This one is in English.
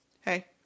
Hey